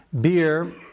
Beer